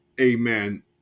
amen